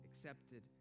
Accepted